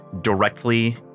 directly